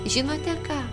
žinote ką